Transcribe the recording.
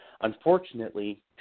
unfortunately